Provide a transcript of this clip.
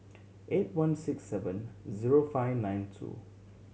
eight one six seven zero five nine two